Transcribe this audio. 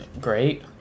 great